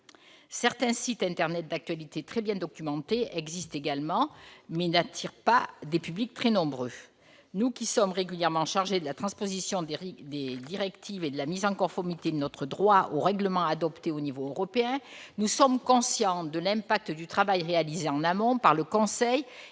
Certains sites internet d'actualité très bien documentés existent également, mais ils n'attirent pas des publics très nombreux. Nous qui sommes régulièrement chargés de la transposition des directives et de la mise en conformité de notre droit aux règlements adoptés au niveau européen, nous sommes conscients de l'impact du travail réalisé en amont par le Conseil